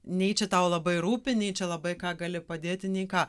nei čia tau labai rūpi nei čia labai ką gali padėti nei ką